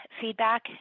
feedback